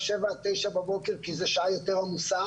07:00 עד 09:00 בבוקר כי זה שעה יותר עמוסה,